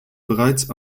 bereits